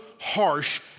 harsh